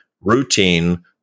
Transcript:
routine